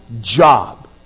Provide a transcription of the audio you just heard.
job